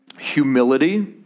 humility